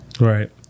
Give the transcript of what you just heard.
right